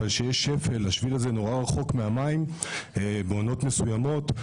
אבל כשיש שפל השביל הזה מאוד רחוק מהמים בעונות מסוימות.